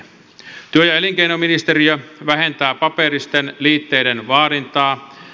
työ ja elinkeinoministeriö vähentää paperisten liitteiden vaadintaa